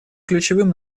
ключевым